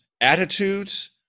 attitudes